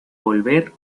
volver